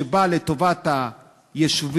שבאות לטובת היישובים,